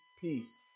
peace